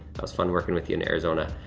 was fun working with you in arizona.